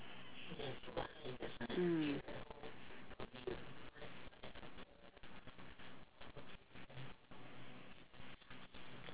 mm